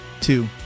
two